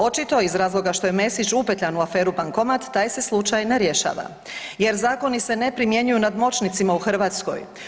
Očito iz razloga što je Mesić upetljan u aferu „Bankomat“ taj se slučaj ne rješava, jer zakoni se ne primjenjuju nad moćnicima u Hrvatskoj.